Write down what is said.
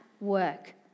work